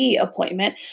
appointment